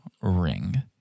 ring